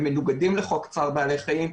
הם מנוגדים לחוק צער בעלי חיים,